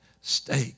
stake